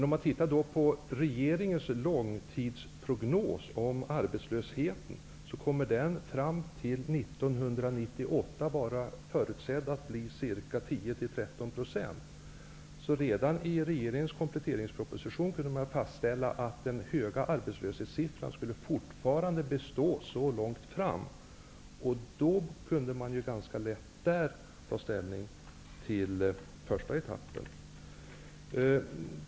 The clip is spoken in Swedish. Om man tittar på regeringens långtidsprognos om arbetslösheten ser man att arbetslösheten 1998 förutses vara 10--13 %. Redan i regeringens kompletteringsproposition kunde man fastställa att en hög arbetslöshetssiffra skulle bestå så långt fram. Av det kunde man ganska lätt ta ställning till första etappen.